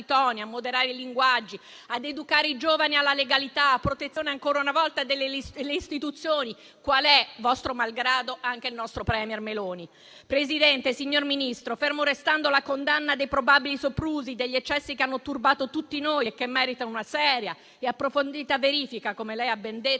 a moderare i linguaggi e ad educare i giovani alla legalità, a protezione ancora una volta delle istituzioni, qual è, vostro malgrado, anche il nostro premier Meloni. Signor Presidente, signor Ministro, ferma restando la condanna dei probabili soprusi e degli eccessi che hanno turbato tutti noi e che meritano una seria e approfondita verifica, come ha ben detto,